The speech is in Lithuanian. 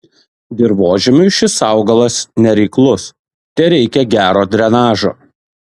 dirvožemiui šis augalas nereiklus tereikia gero drenažo